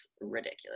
ridiculous